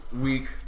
week